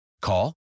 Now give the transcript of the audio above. Call